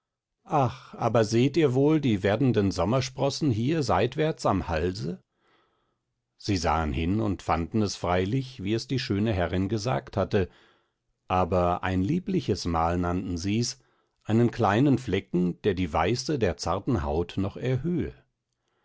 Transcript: ach aber seht ihr wohl die werdenden sommersprossen hier seitwärts am halse sie sahen hin und fanden es freilich wie es die schöne herrin gesagt hatte aber ein liebliches mal nannten sie's einen kleinen flecken der die weiße der zarten haut noch erhöhe